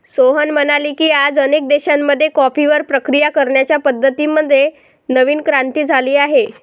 सोहन म्हणाले की, आज अनेक देशांमध्ये कॉफीवर प्रक्रिया करण्याच्या पद्धतीं मध्ये नवीन क्रांती झाली आहे